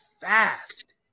Fast